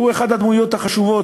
שהוא אחת הדמויות החשובות,